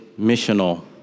missional